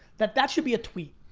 that that should be a tweet.